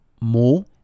more